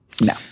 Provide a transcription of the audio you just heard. No